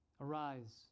Arise